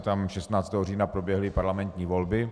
Tam 16. října proběhly parlamentní volby.